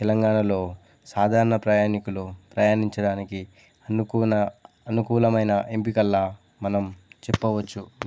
తెలంగాణలో సాధారణ ప్రయాణికులు ప్రయాణించడానికి అనుకూల అనుకూలమైన ఎంపికల్లా మనం చెప్పవచ్చు